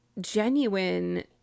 genuine